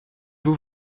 vous